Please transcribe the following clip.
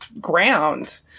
ground